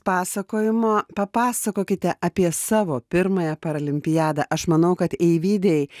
pasakojimo papasakokite apie savo pirmąją paralimpiadą aš manau kad eivydei